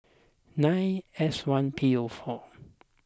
nine S one P O four